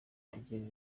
agira